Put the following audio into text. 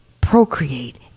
procreate